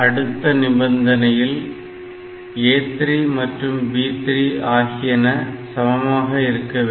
அடுத்த நிபந்தனையில் A3 மற்றும் B3 ஆகியன சமமாக இருக்க வேண்டும்